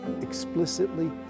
explicitly